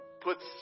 puts